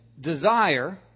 desire